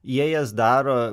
jie jas daro